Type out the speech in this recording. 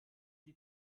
die